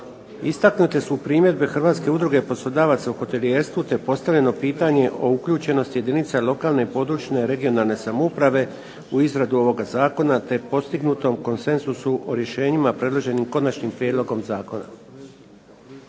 Istaknute su primjedbe Hrvatske udruge poslodavaca u hotelijerstvu te je postavljeno pitanje o uključenosti jedinica lokalne i područne regionalne samouprave u izradu ovoga zakona te postignutom konsenzusu o rješenjima predloženim konačnim prijedlogom zakona.